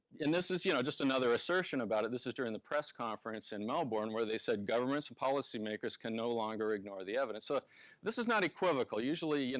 and this is you know just another assertion about it. this is during the press conference in melbourne where they said governments and policy makers can no longer ignore the evidence. so ah this is not equivocal. usually, and